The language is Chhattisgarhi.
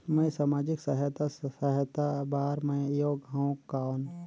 मैं समाजिक सहायता सहायता बार मैं योग हवं कौन?